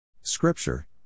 Scripture